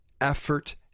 effort